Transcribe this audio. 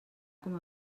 com